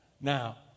Now